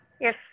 Yes